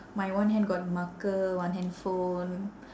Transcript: my one hand got marker one handphone